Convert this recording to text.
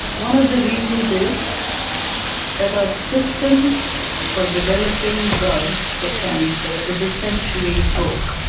one of the reasons is that our system for developing drugs for cancer is essentially broke.